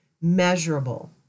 Measurable